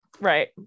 Right